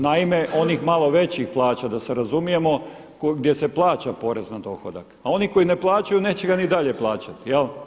Naime, onih malo većih plaća da se razumijemo gdje se plaća porez na dohodak, a oni koji ne plaćaju neće ga ni dalje plaćati.